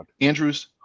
andrews